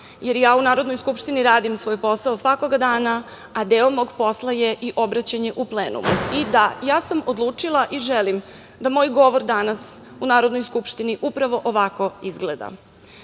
jer ja u Narodnoj skupštini radim svoj posao svakog dana, a deo mog posla je i obraćanje u plenumu i da, ja sam odlučila i želim da moj govor danas u Narodnoj skupštini upravo ovako izgleda.